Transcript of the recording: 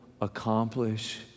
accomplish